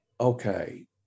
okay